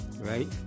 right